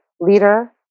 leader